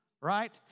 Right